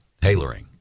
tailoring